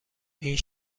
این